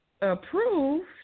approved